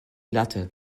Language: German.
latte